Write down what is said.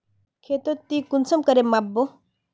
खेतोक ती कुंसम करे माप बो?